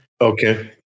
okay